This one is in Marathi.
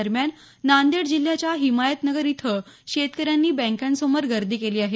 दरम्यान नांदेड जिल्ह्याच्या हिमायतनगर इथं शेतकऱ्यांनी बँकांसमोर गर्दी केली आहे